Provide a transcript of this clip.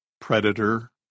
predator